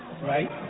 right